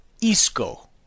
isco